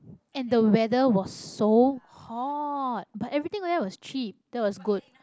and the weather was so hot but everything where else was cheap that was good